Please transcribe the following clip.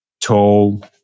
tall